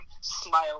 smile